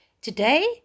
Today